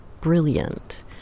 brilliant